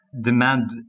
demand